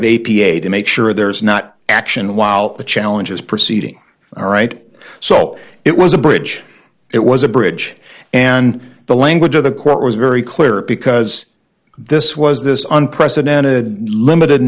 a to make sure there is not action while the challenge is proceeding all right so it was a bridge it was a bridge and the language of the court was very clear because this was this unprecedented limited